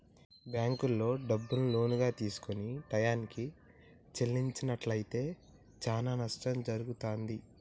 బ్యేంకుల్లో డబ్బుని లోనుగా తీసుకొని టైయ్యానికి చెల్లించనట్లయితే చానా నష్టం జరుగుతాది